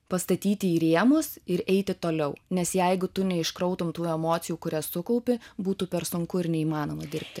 pastatyti į rėmus ir eiti toliau nes jeigu tu neiškrautum tų emocijų kurias sukaupi būtų per sunku ir neįmanoma dirbti